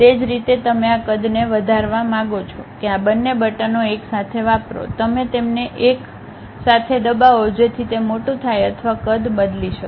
તે જ રીતે તમે આ કદને વધારવા માંગો છો કે આ બંને બટનો એક સાથે વાપરો તમે તેમને એક સાથે દબાવો જેથી તે મોટું થાય અથવા કદ બદલી શકે